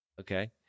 Okay